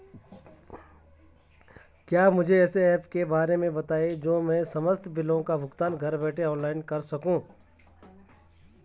क्या मुझे ऐसे ऐप के बारे में बताएँगे जो मैं समस्त बिलों का भुगतान घर बैठे ऑनलाइन कर सकूँ?